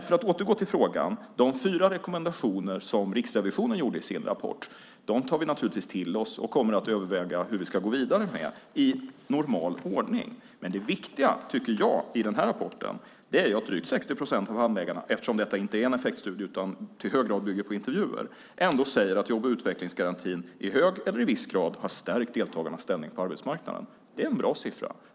För att återgå till frågan: De fyra rekommendationer som Riksrevisionen lämnade i sin rapport tar vi naturligtvis till oss, och vi kommer i normal ordning att överväga hur vi ska gå vidare med dem. Men det viktiga, tycker jag, i den här rapporten är att drygt 60 procent av handläggarna - eftersom detta inte är en effektstudie utan i hög grad bygger på intervjuer - ändå säger att jobb och utvecklingsgarantin i hög eller i viss grad har stärkt deltagarnas ställning på arbetsmarknaden. Det är en bra siffra.